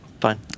fine